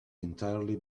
entirely